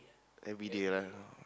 everyday lah